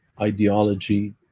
ideology